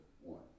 one